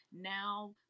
now